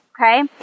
Okay